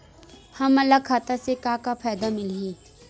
हमन ला खाता से का का फ़ायदा मिलही?